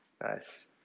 nice